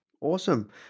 Awesome